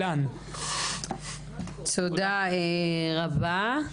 תודה רבה.